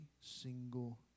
single